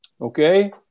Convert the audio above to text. Okay